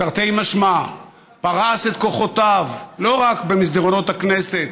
תרתי משמע, פרס את כוחותיו, לא רק במסדרונות הכנסת